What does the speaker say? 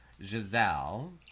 Giselle